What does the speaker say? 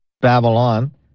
Babylon